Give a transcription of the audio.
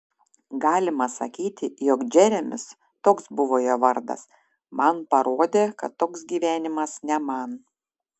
galima sakyti jog džeremis toks buvo jo vardas man parodė kad toks gyvenimas ne man